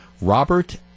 Robert